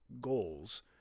goals